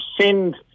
send